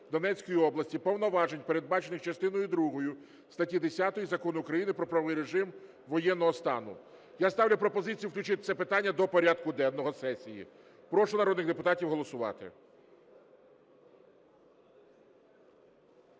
Донецької області повноважень, передбачених частиною другою статті 10 Закону України "Про правовий режим воєнного стану". Я ставлю пропозицію включити це питання до порядку денного сесії. Прошу народних депутатів голосувати.